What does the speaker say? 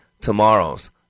tomorrows